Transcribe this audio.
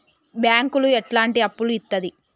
బ్యాంకులు ఎట్లాంటి అప్పులు ఇత్తది?